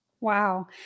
Wow